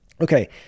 Okay